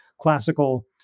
classical